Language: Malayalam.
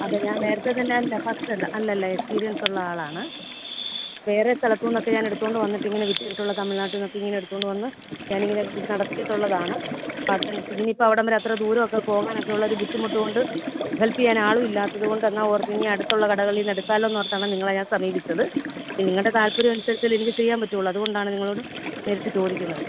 അതെ ഞാൻ നേരത്തേത്തന്നെ അല്ല ഫസ്റ്റ് അല്ല അല്ല അല്ല എക്സ്പീരിയൻസുള്ള ആളാണ് വേറെ സ്ഥലത്തു നിന്നൊക്കെ ഞാൻ എടുത്തുകൊണ്ട് വന്നിട്ട് ഇങ്ങനെ വിറ്റിട്ടുള്ള തമിഴ്നാട്ടിൽ നിന്നൊക്കെ ഇങ്ങനെ എടുത്തുകൊണ്ട് വന്ന് ഞാനിങ്ങനെ ഇത് നടത്തിയിട്ടുള്ളതാണ് അപ്പം അത് ഇനിയിപ്പം അവിടം വരെ അത്ര ദൂരമൊക്കെ പോകാനൊക്കെ ഉള്ളൊരു ബുദ്ധിമുട്ടുകൊണ്ട് ഹെൽപ്പ് ചെയ്യാൻ ആളും ഇല്ലാത്തതുകൊണ്ട് എന്നാൽ ഓർത്തു ഇനി അടുത്തുള്ള കടകളിൽ നിന്ന് എടുത്താലോ എന്നോർത്താണ് നിങ്ങളെ ഞാൻ സമീപിച്ചത് ഇനി നിങ്ങളുടെ താൽപ്പര്യം അനുസരിച്ചല്ലെ എനിക്ക് ചെയ്യാൻ പറ്റുള്ളു അതുകൊണ്ടാണ് നിങ്ങളോട് നേരിട്ട് ചോദിക്കുന്നത്